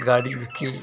गाड़ी की